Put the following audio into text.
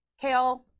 Kale